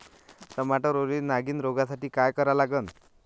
टमाट्यावरील नागीण रोगसाठी काय करा लागन?